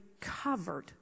covered